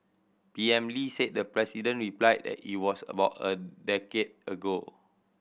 P M Lee said the president replied that it was about a decade ago